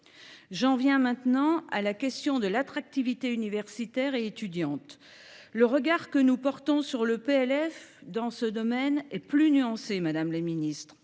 J’en viens maintenant à la question de l’attractivité universitaire et étudiante. Le regard que nous portons sur le PLF dans ce domaine est plus nuancé, madame la ministre.